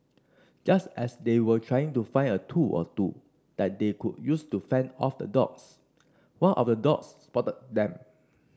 just as they were trying to find a tool or two that they could use to fend off the dogs one of the dogs spotted them